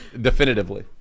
definitively